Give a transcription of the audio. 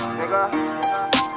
nigga